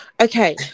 Okay